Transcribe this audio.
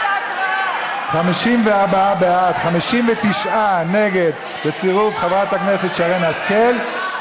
54 בעד, 59 נגד, בצירוף חברת הכנסת שרן השכל.